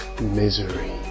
misery